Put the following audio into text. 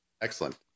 Excellent